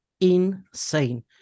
insane